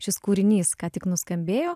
šis kūrinys ką tik nuskambėjo